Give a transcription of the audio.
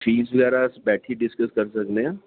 fees बगैरा अस बैठियै डिस्कस करी सकने आं